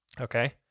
Okay